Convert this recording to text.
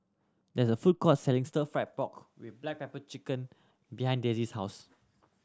there is a food court selling Stir Fry pork with black pepper behind Dessie's house